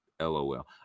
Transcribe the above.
LOL